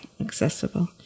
accessible